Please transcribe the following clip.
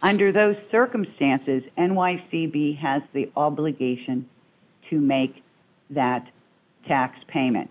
under those circumstances and why c b has the obligation to make that tax payment